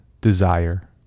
Desire